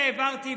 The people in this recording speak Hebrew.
העברתי,